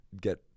get